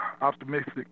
optimistic